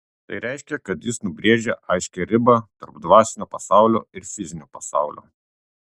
tai reiškia kad jis nubrėžia aiškią ribą tarp dvasinio pasaulio ir fizinio pasaulio